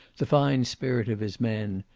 the fine spirit of his men,